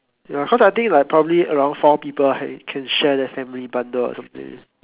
ya cause I think like probably around four people can share the family bundle or something